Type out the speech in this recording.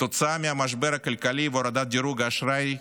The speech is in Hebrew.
כתוצאה מהמשבר הכלכלי והורדת דירוג האשראי,